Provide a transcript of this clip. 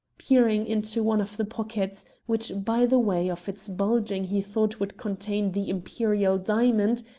peering into one of the pockets, which by the way of its bulging he thought would contain the imperial diamond,